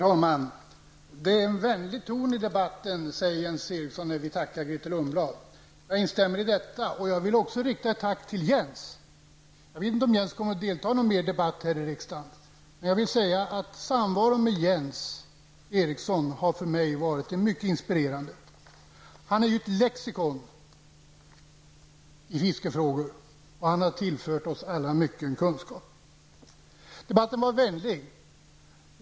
Herr talman! Det är vänlig ton i debatten, säger Jens Eriksson när han tackar Grethe Lundblad. Jag instämmer i detta, och jag vill rikta ett tack till Jens Eriksson. Jag vet inte om Jens Eriksson kommer att delta i någon ytterligare debatt här i riksdagen, men jag vill säga att samvaron med Jens Eriksson har för mig varit mycket inspirerande. Han är ett lexikon i fiskefrågor. Han har tillfört oss alla mycken kunskap. Debatten är vänlig.